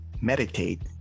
meditate